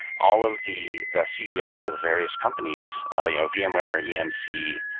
all of the the ceos of various companies ah you know vmware, yeah emc,